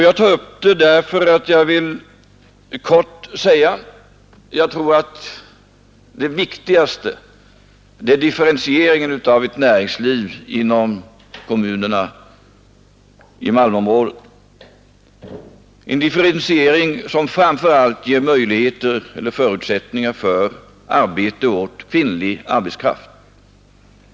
Jag tar upp det, därför att jag vill kort säga, att jag tror att det viktigaste är differentieringen av näringslivet inom kommunerna i malmområdet, en differentiering som framför allt ger möjligheter till arbete åt kvinnlig arbetskraft.